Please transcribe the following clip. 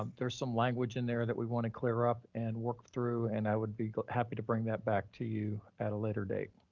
um there's some language in there that we wanna clear up and work through, and i would be happy to bring that back to you at a later date.